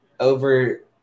Over